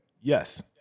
Yes